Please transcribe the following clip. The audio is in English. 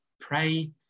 Pray